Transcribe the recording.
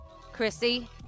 Chrissy